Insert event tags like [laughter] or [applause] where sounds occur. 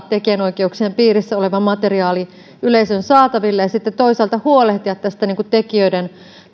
[unintelligible] tekijänoikeuksien piirissä oleva materiaali yleisön saataville ja sitten toisaalta huolehtia tekijöiden